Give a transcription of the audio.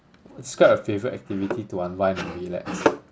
describe a favourite activity to unwind and relax